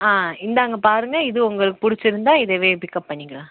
ஆ இந்தாங்க பாருங்க இது உங்களுக்கு பிடிச்சிருந்தா இதுவே பிக்கப் பண்ணிக்கலாம்